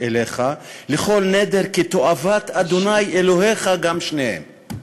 אלהיך לכל נדר כי תועבת ה' אלהיך גם שניהם".